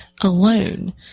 alone